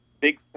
big